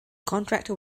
contractor